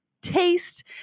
taste